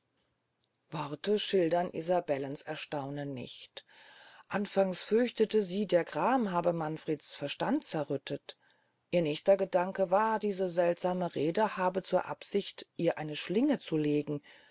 worte schildern isabellens erstaunen nicht anfangs fürchtete sie der gram habe manfreds verstand zerrüttet ihr nächster gedanke war diese seltsame rede habe zur absicht ihr eine schlinge zu legen